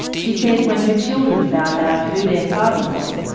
she says when her children found out who their father was,